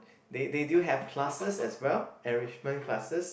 they they do have classes as well enrichment classes